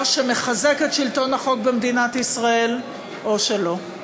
שמחזק את שלטון במדינת ישראל או שלא.